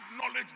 knowledge